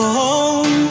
home